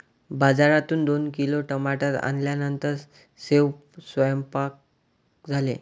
बाजारातून दोन किलो टमाटर आणल्यानंतर सेवन्पाक झाले